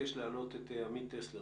עמית טסלר,